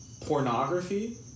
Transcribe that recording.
Pornography